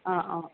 অঁ অঁ